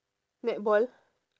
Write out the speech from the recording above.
netball